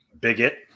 Bigot